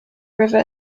river